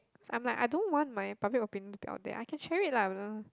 I'm like I don't want my public opinion to be out there I can share it lah but then